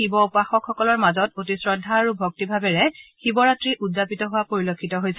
শিৱ উপাসকসকলৰ মাজত অতি শ্ৰদ্ধা আৰু ভক্তিভাৱেৰে মহাশিৱৰাত্ৰি উদযাপিত হোৱা পৰিলক্ষিত হৈছে